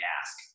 ask